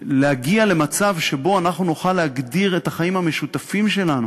להגיע למצב שבו אנחנו נוכל להגדיר את החיים המשותפים שלנו